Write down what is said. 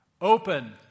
Open